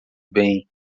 bem